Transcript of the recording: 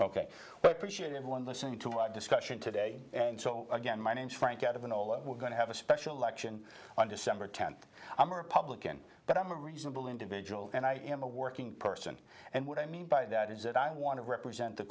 but should everyone listening to our discussion today so again my name is frank out of an all of we're going to have a special election on december tenth i'm a republican but i'm a reasonable individual and i am a working person and what i mean by that is that i want to represent the